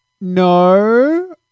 No